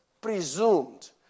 presumed